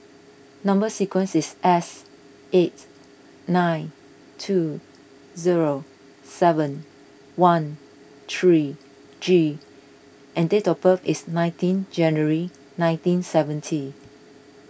Number Sequence is S eight nine two zero seven one three G and date of birth is nineteen January nineteen seventy